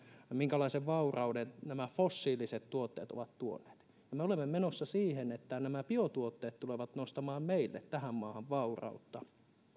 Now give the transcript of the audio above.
minkälaisen vaurauden nämä fossiiliset tuotteet ovat tuoneet ja me olemme menossa siihen että nämä biotuotteet tulevat nostamaan meille tähän maahan vaurautta